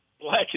black